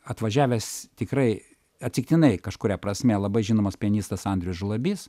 atvažiavęs tikrai atsitiktinai kažkuria prasme labai žinomas pianistas andrius žlabys